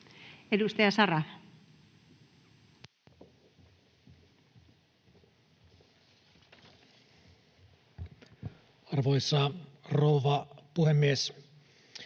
Edustaja Viljanen. Arvoisa rouva puhemies!